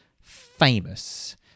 famous